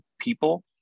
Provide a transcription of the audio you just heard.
people